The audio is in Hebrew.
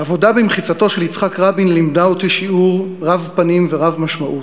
העבודה במחיצתו של יצחק רבין לימדה אותי שיעור רב-פנים ורב-משמעות,